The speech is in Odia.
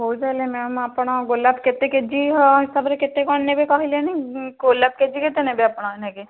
ହଉ ତାହେଲେ ମ୍ୟାମ୍ ଆପଣ ଗୋଲାପ କେତେ କେଜି ହିସାବରେ କେତେ କଣ ନେବେ କହିଲେନି ଗୋଲାପ କେଜି କେତେ ନେବେ ଆପଣ ନାହିକି